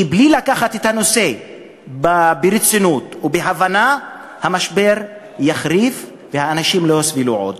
כי בלי לקחת את הנושא ברצינות ובהבנה המשבר יחריף והאנשים לא יסבלו עוד.